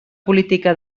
política